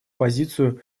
позицию